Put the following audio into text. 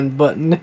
button